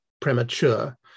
premature